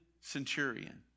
centurion